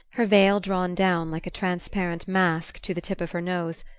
her veil drawn down like a transparent mask to the tip of her nose,